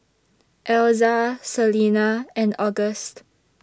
Elza Selena and August